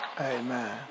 Amen